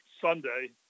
Sunday